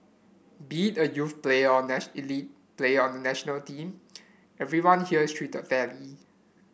be it a youth player or an elite player on the national team everyone here is treated fairly